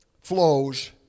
flows